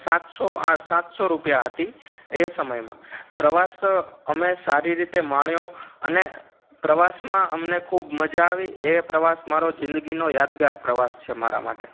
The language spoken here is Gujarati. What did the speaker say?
સાતસો આ સાતસો રૂપિયા હતી એ સમયમાં પ્રવાસ અમે સારી રીતે માણ્યો અને પ્રવાસમાં અમને ખૂબ મજા આવી એ પ્રવાસ મારો જિંદગીનો યાદગાર પ્રવાસ છે મારા માટે